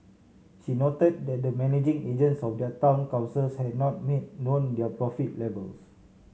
she noted that the managing agents of other town councils had not made known their profit levels